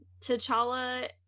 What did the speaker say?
t'challa